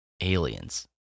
aliens